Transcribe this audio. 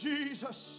Jesus